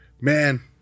man